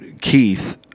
Keith